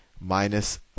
minus